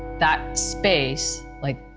that space, like,